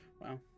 Wow